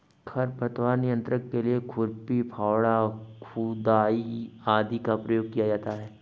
खरपतवार नियंत्रण के लिए खुरपी, फावड़ा, खुदाई आदि का प्रयोग किया जाता है